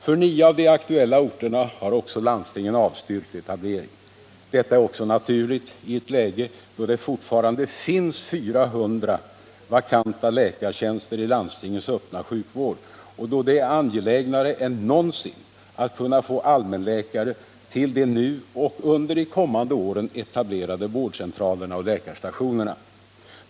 För nio av de aktuella orterna har också landstingen avstyrkt etablering. Detta är också naturligt i ett läge då det fortfarande finns 400 vakanta läkartjänster i landstingens öppna sjukvård och då det är angelägnare än någonsin att kunna få allmänläkare till de nu och under de kommande åren etablerade vårdcentralerna och läkarstationerna.